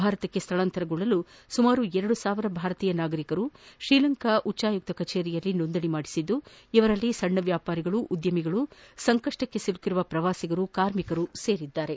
ಭಾರತಕ್ಕೆ ಸ್ಥಳಾಂತರಗೊಳ್ಳಲು ಸಮಾರು ಎರಡು ಸಾವಿರ ಭಾರತೀಯ ನಾಗರಿಕರು ಶ್ರೀಲಂಕಾ ಹ್ಟೆಕಮಿಷನ್ ಕಚೇರಿಯಲ್ಲಿ ನೋಂದಣಿ ಮಾಡಿಸಿದ್ದು ಇವರಲ್ಲಿ ಸಣ್ಣ ವ್ಯಾಪಾರಿಗಳು ಉದ್ಯಮಿಗಳು ಸಂಕಷ್ನದಲ್ಲಿ ಸಿಲುಕಿರುವ ಪ್ರವಾಸಿಗರು ಕಾರ್ಮಿಕರು ಇದ್ದಾರೆ